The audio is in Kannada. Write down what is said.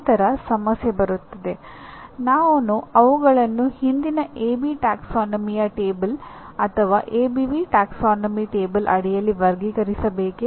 ನಂತರ ಸಮಸ್ಯೆ ಬರುತ್ತದೆ ನಾನು ಅವುಗಳನ್ನು ಹಿಂದಿನ ಎಬಿ ಟ್ಯಾಕ್ಸಾನಮಿ ಟೇಬಲ್ ಅಡಿಯಲ್ಲಿ ವರ್ಗೀಕರಿಸಬೇಕೇ